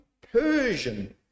Persian